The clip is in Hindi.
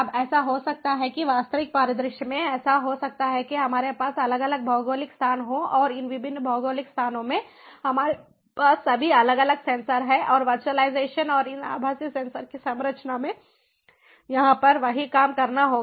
अब ऐसा हो सकता है कि वास्तविक परिदृश्य में ऐसा हो सकता है कि हमारे पास अलग अलग भौगोलिक स्थान हों और इन विभिन्न भौगोलिक स्थानों में हमारे पास सभी अलग अलग सेंसर हैं और वर्चुअलाइजेशन और इन आभासी सेंसर की संरचना में यहाँ पर वही काम करना होगा